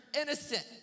innocent